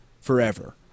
forever